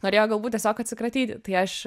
norėjo galbūt tiesiog atsikratyti tai aš